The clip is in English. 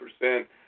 percent